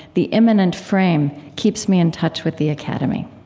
the immanent frame, keeps me in touch with the academy.